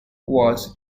was